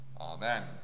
Amen